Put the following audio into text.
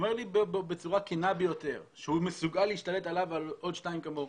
אומר לי בצורה כנה ביותר שהוא מסוגל להשתלט עליו ועל עוד שניים כמוהו,